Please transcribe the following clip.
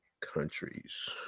countries